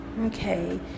Okay